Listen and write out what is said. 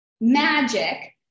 magic